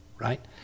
right